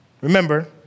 Remember